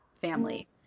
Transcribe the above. family